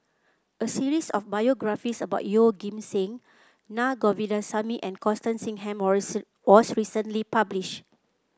a series of biographies about Yeoh Ghim Seng Na Govindasamy and Constance Singam was recently published